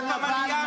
זו כבר לא ביקורת,